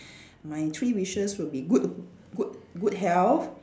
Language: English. my three wishes would be good good good health